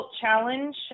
challenge